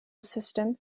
system